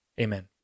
Amen